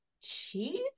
cheese